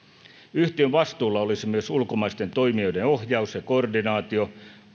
yhtiön vastuulla olisi myös ulkomaisten toimijoiden ohjaus ja koordinaatio